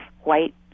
white